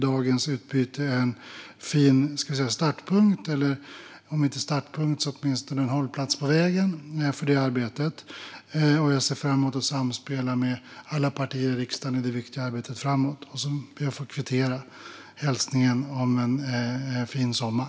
Dagens utbyte är en fin startpunkt - om inte en startpunkt så åtminstone en hållplats på vägen - för det arbetet. Jag ser fram emot att samspela med alla partier i riksdagen i det viktiga arbetet framåt. Jag får kvittera hälsningen om en fin sommar.